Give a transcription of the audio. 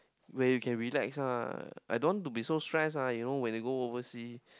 where you can relax ah I don't want to be so stressed ah you know when you go oversea